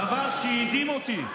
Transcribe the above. דבר שהדהים אותי,